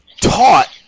taught